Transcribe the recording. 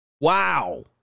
Wow